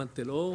עד תל אור,